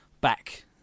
back